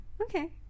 Okay